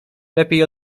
lepiej